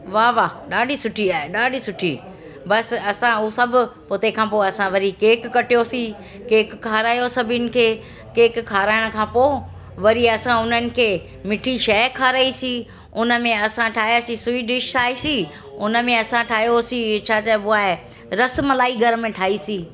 वाह वाह ॾाढी सुठी आहे ॾाढी सुठी बसि असां उहो सभु पोइ तंहिंखां पोइ असां वरी केक कटियोसीं केक खारायो सभिनि खे केक खाराइण खां पोइ वरी असां हुननि खे मिठी शइ खाराईसीं उन में असां ठाहियांसी स्वीट डिश ठाहीसीं उन में असां ठाहियोसीं छा चइबो आहे रस मलाई घर में ठाहीसीं